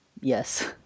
Yes